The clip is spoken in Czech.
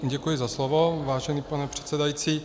Děkuji za slovo, vážený pane předsedající.